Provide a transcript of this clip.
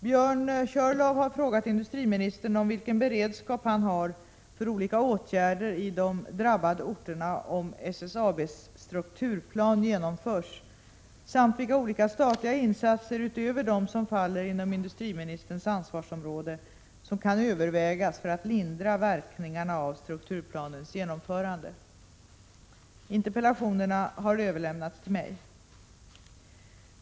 Björn Körlof har frågat industriministern vilken beredskap han har för olika åtgärder i de drabbade orterna om SSAB:s strukturplan genomförs samt vilka olika statliga insatser, utöver de som faller inom industriministerns ansvarsområde, som kan övervägas för att lindra verkningarna av strukturplanens genomförande. Interpellationerna har överlämnats till mig.